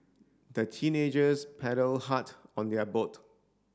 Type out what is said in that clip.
the teenagers paddled hard on their boat